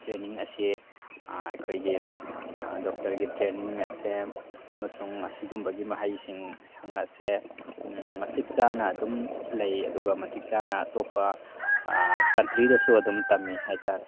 training ꯑꯁꯤ ꯑꯩꯈꯣꯏꯒꯤ ꯗꯣꯛꯇꯔꯒꯤ ꯇ꯭ꯔꯦꯅꯤꯡ ꯑꯁꯦ ꯑꯃꯁꯨꯡ ꯑꯁꯤꯒꯨꯝꯕꯒꯤ ꯃꯍꯩ ꯁꯪ ꯑꯁꯦ ꯃꯇꯤꯛ ꯆꯥꯅ ꯑꯗꯨꯝ ꯂꯩ ꯑꯗꯨꯒ ꯃꯇꯤꯛ ꯆꯥꯅ ꯑꯇꯣꯞꯄ ꯀꯟꯇ꯭ꯔꯤꯗꯁꯨ ꯑꯗꯨꯝ ꯇꯝꯃꯤ ꯍꯥꯏꯇꯥꯔꯦ